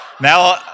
Now